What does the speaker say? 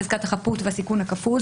חזקת החפות והסיכון הכפול.